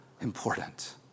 important